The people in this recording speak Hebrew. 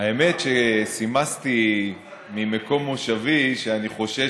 האמת שסימסתי ממקום מושבי שאני חושש